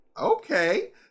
Okay